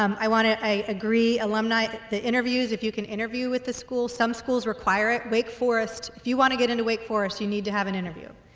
um i want to agree alumni the interviews if you can interview with the school some schools require it. wake forest if you want to get into wake forest you need to have an interview.